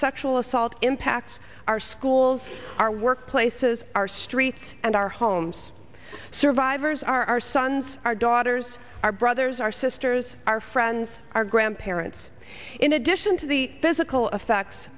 sexual assault impacts our schools our workplaces our streets and our homes survivors are our sons our daughters our brothers our sisters our friends our grandparents in addition to the physical effects